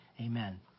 Amen